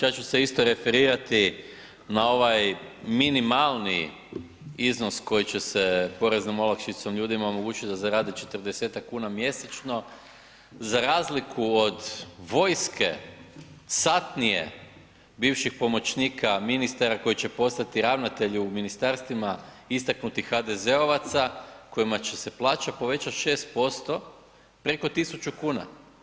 G. Bačić, ja ću se isto referirati na ovaj minimalni iznos koji će se poreznom olakšicom ljudima omoguće da zarade 40-tak kuna mjesečno za razliku od vojske, satnije bivših pomoćnika ministara koji će postati ravnatelji u ministarstvima istaknutih HDZ-ovaca kojima će se plaća povećati 6%, preko 1000 kuna.